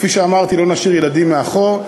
כפי שאמרתי, לא נשאיר ילדים מאחור.